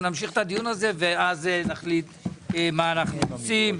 אנחנו נמשיך את הדיון ואז נחליט מה עושים.